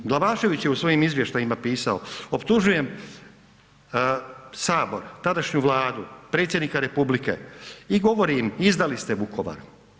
Glavašević je u svojim izvještajima pisao, optužujem Sabor, tadašnju Vladu, predsjednika republike i govori im, izdali ste Vukovar.